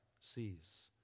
sees